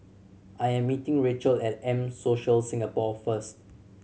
I am meeting Rachel at M Social Singapore first